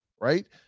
right